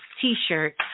T-shirt